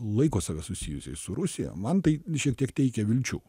laiko save susijusiais su rusija man tai šiek tiek teikia vilčių